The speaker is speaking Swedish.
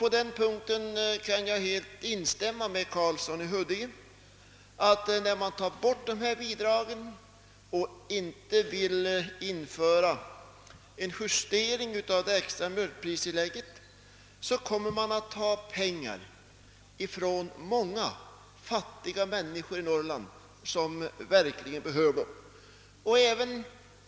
På den punkten kan jag heli instämma med herr Karlssons i Huddinge uttalande, att när man slopar dessa bidrag utan att göra en justering av det extra mjölkpristillägget, så kommer man att ta pengar från fattiga människor i Norrland som verkligen behöver pengarna.